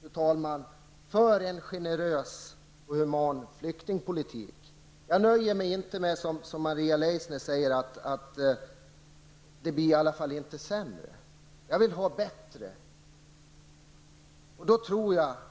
fru talman, för en generös och human flyktingpolitik. Jag nöjer mig inte med, som Maria Leissner säger, att det i alla fall inte blir sämre. Jag vill ha en bättre flyktingpolitik.